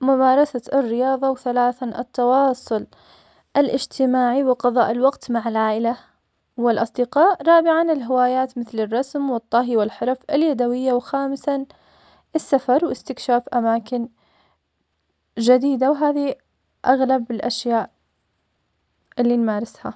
ممارسة الرياضة, وثلاثاً, التواصل الإجتماعي, وقضاء الوقت مع العائلة والأصدقاء, رابعاً, الهوايات, مثل, الرسم, والطهي, والحرف اليدوية, وخامساً, السفر واستكشاف أماكن جديدة, وهذي أغلب الأشياء اللي نمارسها.